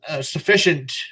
sufficient